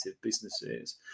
businesses